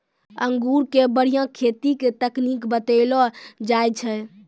अंगूर के बढ़िया खेती के तकनीक बतइलो जाय छै